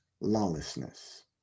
lawlessness